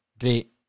great